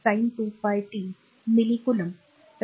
q 3tsin2πt milli coulomb